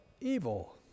evil